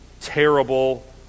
terrible